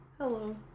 Hello